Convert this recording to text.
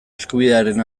eskubidearen